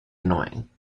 annoying